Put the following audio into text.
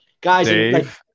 guys